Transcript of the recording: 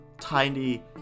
tiny